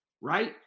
right